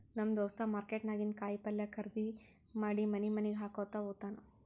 ನಮ್ ದೋಸ್ತ ಮಾರ್ಕೆಟ್ ನಾಗಿಂದ್ ಕಾಯಿ ಪಲ್ಯ ಖರ್ದಿ ಮಾಡಿ ಮನಿ ಮನಿಗ್ ಹಾಕೊತ್ತ ಹೋತ್ತಾನ್